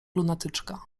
lunatyczka